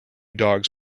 dogs